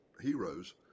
heroes